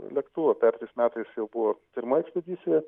lėktuvo pereitais metais jau buvo pirma ekspedicija